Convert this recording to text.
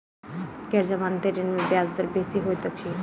गैर जमानती ऋण में ब्याज दर बेसी होइत अछि